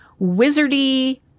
wizardy